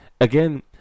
again